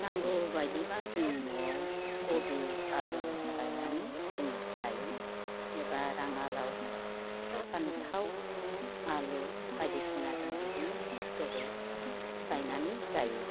नांगौ बायदिबा जों न'आव कबि आलु गायनानै जों जायो एबा राङालाउ फान्थाव आलु बायदिसिना जों बिदिनो खस्थ'यै गायनानै जायो